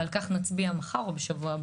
ועל-כך נצביע מחר או בשבוע הבא.